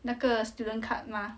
那个 student card mah